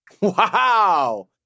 wow